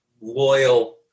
loyal